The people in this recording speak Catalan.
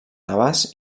navàs